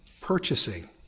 purchasing